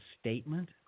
statement